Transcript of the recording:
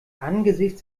angesichts